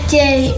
day